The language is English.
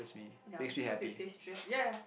yeah cause they say stress yeah